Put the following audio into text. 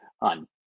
on